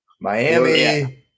Miami